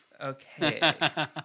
Okay